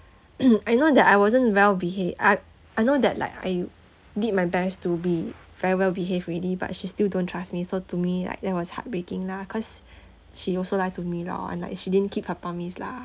I know that I wasn't well behaved I I know that like I did my best to be very well behaved already but she's still don't trust me so to me like that was heartbreaking lah cause she also lie to me lor and like she didn't keep her promise lah